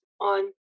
on